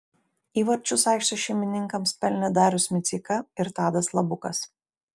įvarčius aikštės šeimininkams pelnė darius miceika ir tadas labukas